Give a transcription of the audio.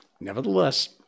Nevertheless